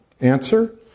Answer